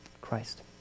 Christ